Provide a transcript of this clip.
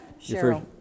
Cheryl